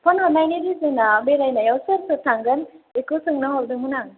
phone हरनायनि रिजोनआ बेरायनायाव सोर सोर थांगोन बेखौ सोंनो हरदोंमोन आं